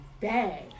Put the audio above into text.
bad